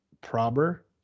prober